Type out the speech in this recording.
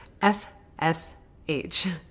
FSH